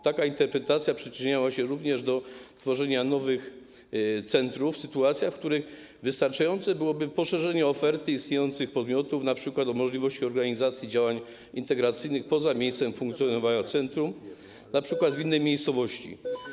Taka interpretacja przyczyniała się również do tworzenia nowych centrów w sytuacjach, w których wystarczające byłoby poszerzenie oferty istniejących podmiotów np. o możliwość organizacji działań integracyjnych poza miejscem funkcjonowania centrum, np. w innej miejscowości.